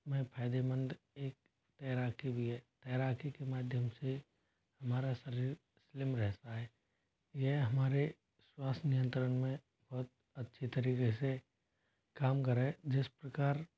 में फायदेमंद एक तैराकी भी है तैराकी के माध्यम से हमारा शरीर स्लिम रहता है यह हमारे श्वास नियंत्रण में बहुत अच्छी तरीके से काम करें जिस प्रकार